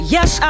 Yes